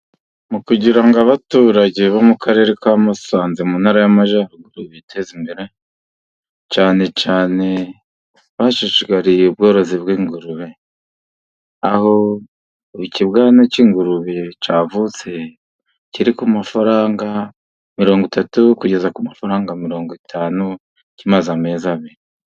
Mu kugira ngo abaturage bo mu Karere ka Musanze mu Ntara y'Amajaruguru biteze imbere, cyane cyane, bashishikarijwe ubworozi bw'ingurube. Aho ikibwana cy'ingurube cyavutse kiri ku mafaranga mirongo itatu kugeza ku mafaranga mirongo itanu kimaze amezi abiri.